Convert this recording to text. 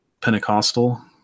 Pentecostal